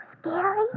scary